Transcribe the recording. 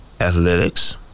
athletics